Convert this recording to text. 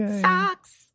Socks